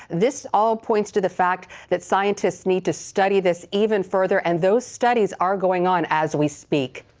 this all points to the fact that scientists need to study this even further, and those studies are going on as we speak.